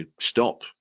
stop